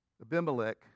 Abimelech